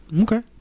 Okay